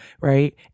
right